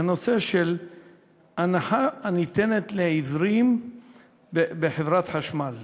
בנושא ההנחה הניתנת לעיוורים בחברת החשמל.